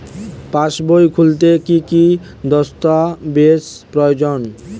পাসবই খুলতে কি কি দস্তাবেজ প্রয়োজন?